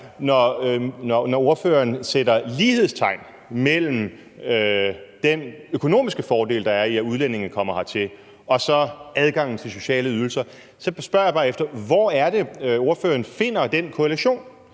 når ordføreren sætter lighedstegn mellem den økonomiske fordel, der er i, at udlændinge kommer hertil, og så adgangen til sociale ydelser. Så spørger jeg bare efter: Hvor er det ordføreren finder den korrelation?